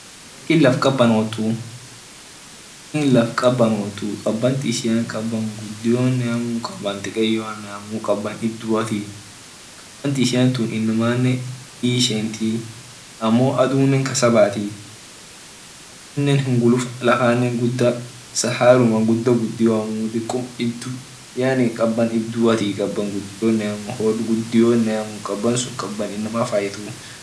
Turkey laf kabanotii kaban ishia dikyoa muu gudio amuu kaban iduatii kaban ishiantun inamanne hiishentii ammo adunne kasabati amine hunguluf lafa sahali diko gudioamuu yaani kaban iduatii kaban gudioneamuu hod gudioneamuu kaban sun kaban inama faituu.